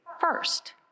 first